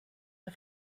der